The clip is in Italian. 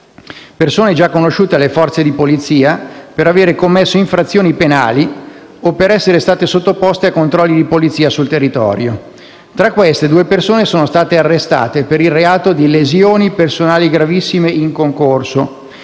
fatto, già conosciute alle Forze di polizia per aver commesso infrazioni penali o essere state sottoposte a controlli di polizia sul territorio. Tra queste, due persone sono state arrestate per il reato di lesioni personali gravissime in concorso,